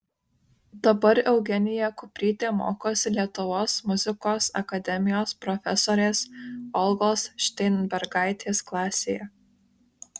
dabar eugenija kuprytė mokosi lietuvos muzikos akademijos profesorės olgos šteinbergaitės klasėje